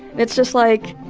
it's just like,